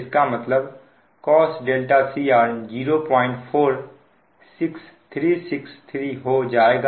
इसका मतलब cos cr 046363 हो जाएगा